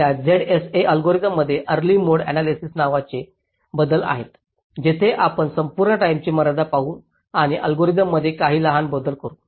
या ZSA अल्गोरिदममध्ये early mode analysis नावाचे बदल आहेत जिथे आपण संपूर्ण टाईमची मर्यादा पाहू आणि अल्गोरिदममध्ये काही लहान बदल करू